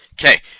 Okay